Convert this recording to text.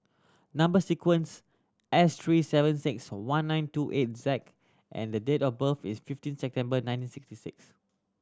number sequence S three seven six one nine two eight Z and the date of birth is fifteen September nineteen sixty six